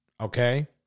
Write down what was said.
okay